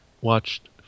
watched